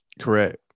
Correct